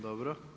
Dobro.